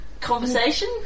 conversation